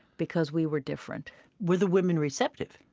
because we were different were the women receptive?